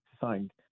signed